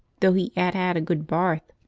though he ad ad a good barth.